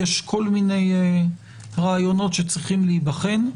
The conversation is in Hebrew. יש כל מיני רעיונות שצריכים להיבחן,